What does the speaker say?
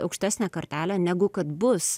aukštesnę kartelę negu kad bus